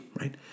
right